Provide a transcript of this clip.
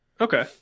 Okay